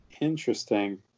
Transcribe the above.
interesting